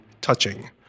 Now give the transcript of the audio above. touching